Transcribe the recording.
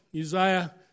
Uzziah